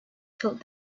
told